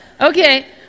Okay